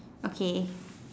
okay